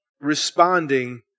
responding